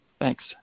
Thanks